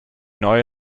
neue